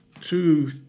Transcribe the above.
two